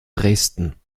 dresden